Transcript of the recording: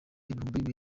ibihumbi